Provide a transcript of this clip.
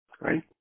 right